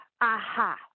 aha